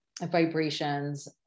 vibrations